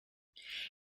ich